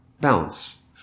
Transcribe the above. Balance